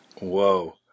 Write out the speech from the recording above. Whoa